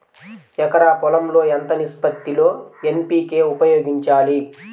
ఎకరం పొలం లో ఎంత నిష్పత్తి లో ఎన్.పీ.కే ఉపయోగించాలి?